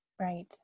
right